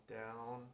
down